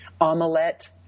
Omelette